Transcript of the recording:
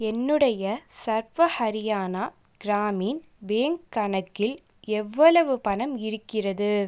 என்னுடைய சர்வ ஹரியானா கிராமின் பேங்க் கணக்கில் எவ்வளவு பணம் இருக்கிறது